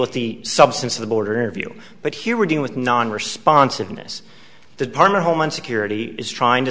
with the substance of the border interview but here we're going with non responsiveness the department homeland security is trying to